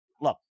Look